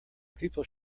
people